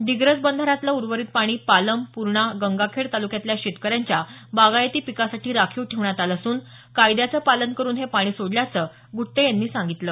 डिग्रस बंधार्यातलं उर्वरित पाणी पालम पूर्णा गंगाखेड तालुक्यातल्या शेतकर्यांच्या बागायती पिकासाठी राखीव ठेवण्यात आलं असून कायद्याचं पालन करुन हे पाणी सोडल्याचं गृट्टे यांनी सांगितलं